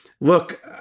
look